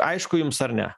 aišku jums ar ne